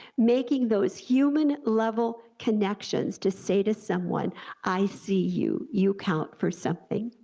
making those human level connections to say to someone i see you, you count for something.